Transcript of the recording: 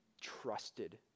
trusted